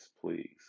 please